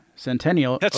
Centennial